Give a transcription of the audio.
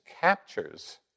captures